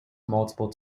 multiple